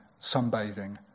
sunbathing